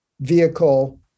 vehicle